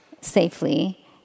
safely